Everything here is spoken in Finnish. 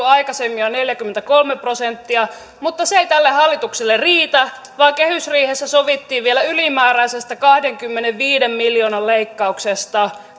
aikaisemmin jo neljäkymmentäkolme prosenttia mutta se ei tälle hallitukselle riitä vaan kehysriihessä sovittiin vielä ylimääräisestä kahdenkymmenenviiden miljoonan leikkauksesta